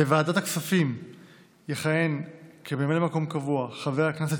בוועדת הכספים יכהן כממלא מקום קבוע חבר הכנסת